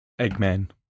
Eggman